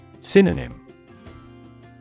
Synonym